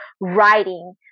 writing